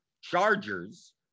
chargers